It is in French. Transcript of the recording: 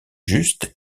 just